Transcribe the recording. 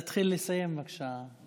תתחיל לסיים, בבקשה.